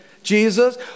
Jesus